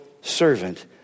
servant